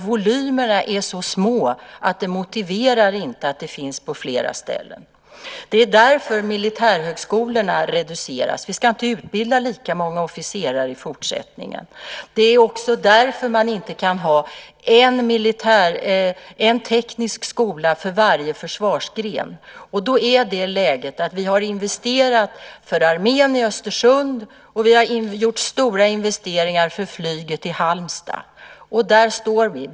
Volymerna är så små att de inte motiverar att verksamheterna finns på flera ställen. Det är därför som militärhögskolorna reduceras. Vi ska inte utbilda lika många officerare i fortsättningen. Det är också därför som man inte kan ha en teknisk skola för varje försvarsgren. Vi har investerat för armén i Östersund, och vi har gjort stora investeringar för flyget i Halmstad. Där står vi nu.